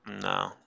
no